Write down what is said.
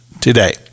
today